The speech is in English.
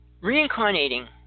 Reincarnating